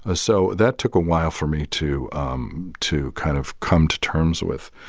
ah so that took a while for me to um to kind of come to terms with.